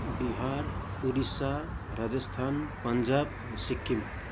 Bihar Odisha Rajasthan Punjab Sikkim